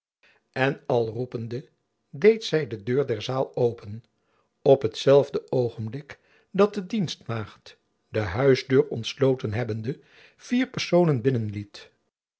en al roepende deed zy de deur der zaal open op hetzelfde oogenblik dat de dienstmaagd de huisdeur ontsloten hebbende vier personen binnen